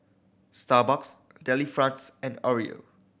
Starbucks Delifrance and Oreo